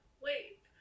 Wait